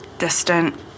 distant